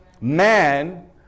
Man